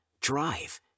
drive